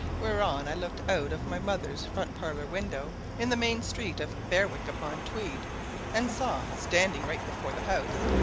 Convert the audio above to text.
whereon i looked out of my mother's front parlour window in the main street of berwick-upon-tweed and saw, standing right before the house,